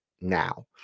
now